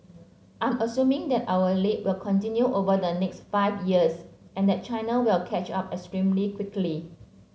I'm assuming that our lead will continue over the next five years and that China will catch up extremely quickly